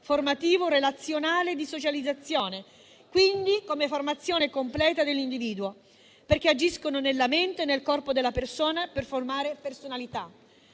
formativo, relazionale e di socializzazione, come formazione completa dell'individuo, perché agisce nella mente e nel corpo della persona per formare personalità.